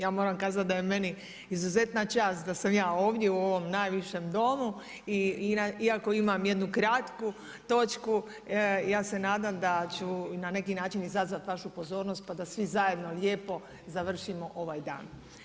Ja moram kazat da je meni izuzetna čast da sam ja ovdje u najvišem domu i iako imam jednu kratku točku, ja se nadam na neki način da ću izazvat vašu pozornost pa da svi zajedno lijepo završimo ovaj dan.